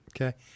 Okay